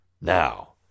Now